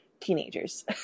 teenagers